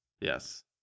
Yes